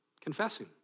Confessing